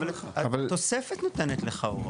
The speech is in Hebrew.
אבל, התוספת נותנת לך הוראות.